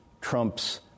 Trumps